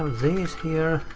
these here.